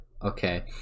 Okay